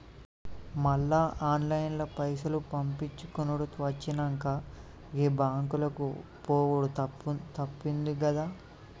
మళ్ల ఆన్లైన్ల పైసలు పంపిచ్చుకునుడు వచ్చినంక, గీ బాంకులకు పోవుడు తప్పిందిగదా